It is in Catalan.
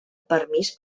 permís